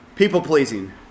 People-pleasing